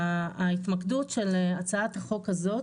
ההתמקדות של הצעת החוק הזאת